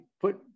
put